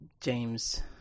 James